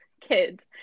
kids